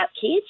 kids